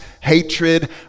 hatred